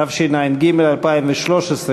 התשע"ג 2013,